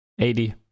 80